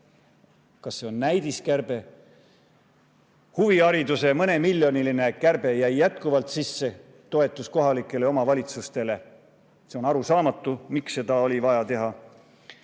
Kas see on näidiskärbe? Huvihariduse mõnemiljoniline kärbe jäi jätkuvalt sisse, toetus kohalikele omavalitsustele – see on arusaamatu, miks seda oli vaja teha.